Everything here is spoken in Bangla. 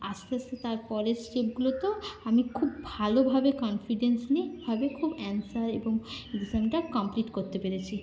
আস্তে আস্তে তার পরের স্টেপগুলোতেও আমি খুব ভালোভাবে কনফিডেন্স নিয়ে ভাবে খুব অ্যানসার এবং এক্সামটা কমপ্লিট করতে পেরেছি